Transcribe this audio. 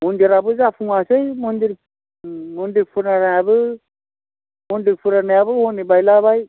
मन्दिराबो जाफुङासै मन्दिर फुरानायाबो मन्दिर फुरानायाबो हनै बायलाबाय